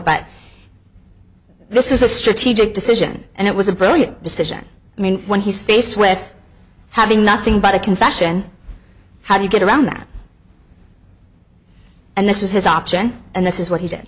but this is a strategic decision and it was a brilliant decision i mean when he's faced with having nothing but a confession how do you get around that and this was his option and this is what he did